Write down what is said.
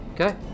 Okay